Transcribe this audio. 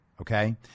Okay